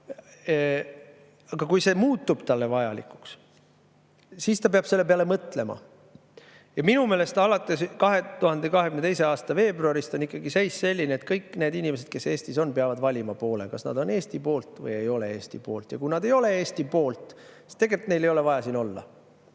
Aga kui see muutub neile vajalikuks, siis nad peavad selle peale mõtlema. Minu meelest alates 2022. aasta veebruarist on seis selline, et kõik need inimesed, kes Eestis on, peavad valima poole, kas nad on Eesti poolt või ei ole Eesti poolt. Kui nad ei ole Eesti poolt, siis tegelikult ei ole neil vaja siin olla.